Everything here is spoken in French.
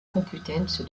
complutense